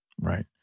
Right